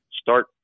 start